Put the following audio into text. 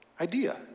idea